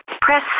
Press